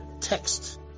text